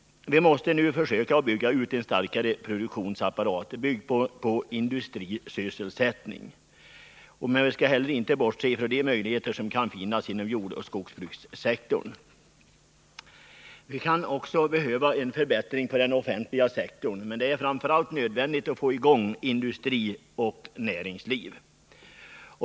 Vi måste nu försöka bygga ut en starkare produktionsapparat, byggd på industrisysselsättning. Vi skall heller inte bortse från de möjligheter som kan finnas inom jordbruksoch skogsbrukssektorn. Vi kan också behöva en förbättring på den offentliga sektorn, men det är framför allt nödvändigt att få i gång industri och näringsliv.